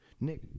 Nick